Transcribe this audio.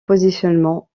positionnement